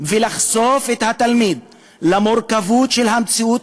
ולחשוף את התלמיד למורכבות של המציאות